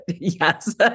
yes